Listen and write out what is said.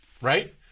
right